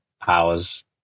powers